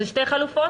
זה שתי חלופות,